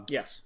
Yes